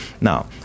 now